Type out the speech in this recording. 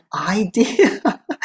idea